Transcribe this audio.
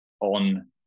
on